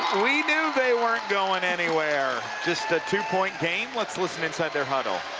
we knew they weren't going anywhere. just a two-point game. let's listen inside their huddle.